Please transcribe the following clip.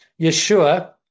Yeshua